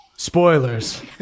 Spoilers